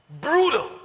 brutal